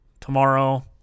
tomorrow